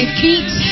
feet